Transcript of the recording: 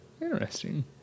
Interesting